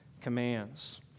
commands